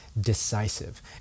decisive